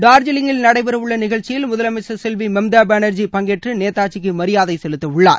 டார்ஜிலிங்கில் நடைபெற உள்ள நிகழ்ச்சியில் முதலமைச்சர் செல்வி மம்தா பேனர்ஜி பங்கேற்று நேதாஜிக்கு மரியாதை செலுத்த உள்ளார்